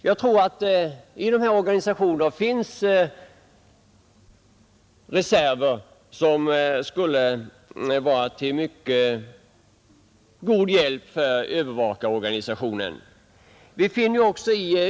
Jag tror att det i nämnda organisationer finns reserver, som skulle kunna vara till mycket god hjälp för övervakarorganisationen.